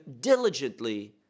diligently